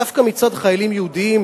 דווקא מצד חיילים יהודים,